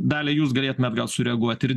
dalia jūs galėtumėt gal sureaguot ir